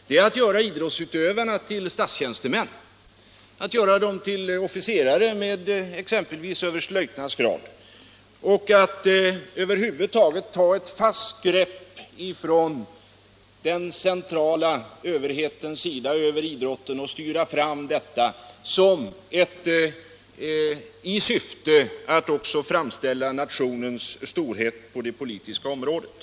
Det är att göra idrottsutövarna till statstjänstemän, att göra dem till officerare med exempelvis överstelöjtnants grad, över huvud taget att den centrala överheten tar ett fast grepp över idrotten och styr den i syfte att också understryka nationens storhet på det politiska området.